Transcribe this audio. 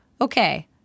okay